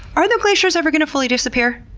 are the glaciers ever gonna fully disappear?